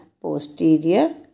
posterior